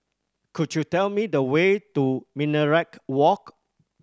could you tell me the way to Minaret Walk